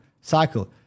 cycle